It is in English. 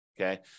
okay